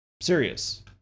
Serious